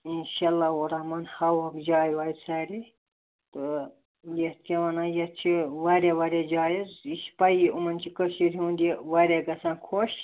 اِنشااللہ وُراحمان ہاوہوکھ جایہِ وایہِ ساریٚے تہٕ یَتھ کیٛاہ وَنان یَتھ چھِ واریاہ واریاہ جایہِ حظ یہِ چھُ پیی یِمن چھُ کٔشیٖر ہُنٛد یہِ واریاہ گَژھان خۄش